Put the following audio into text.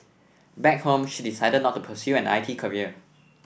back home she decided not to pursue an I T career